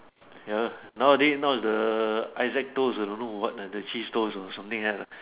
ya nowadays now is the Izaak toast or don't know what ah cheese toast or something at ah